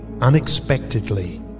unexpectedly